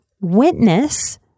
witness